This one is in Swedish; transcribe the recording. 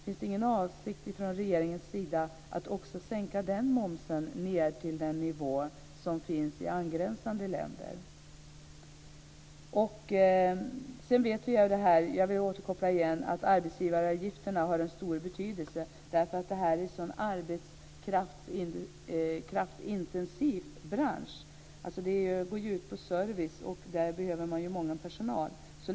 Finns det ingen avsikt från regeringens sida att sänka också den momsen ned till den nivå som finns i angränsande länder? Vi vet - jag vill återkoppla till det - att arbetsgivaravgifterna har en stor betydelse, därför att detta är en sådan arbetskraftsintensiv bransch. Det går ut på service, och där behövs mycket personal.